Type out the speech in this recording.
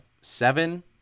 seven